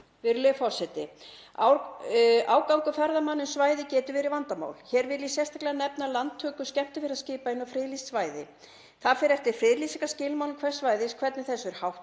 Virðulegur forseti. Ágangur ferðamanna um svæði getur verið vandamál. Hér vil ég sérstaklega nefna landtöku skemmtiferðaskipa inn á friðlýst svæði. Það fer eftir friðlýsingarskilmálum hvers svæðis hvernig þessu er háttað